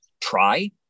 try